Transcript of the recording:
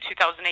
2008